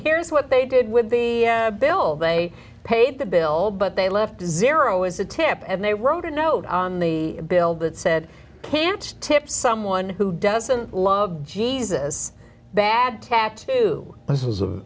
here's what they did with the bill they paid the bill but they left zero is a tip and they wrote a note on the bill that said can't tip someone who doesn't love jesus bad tattoo this was a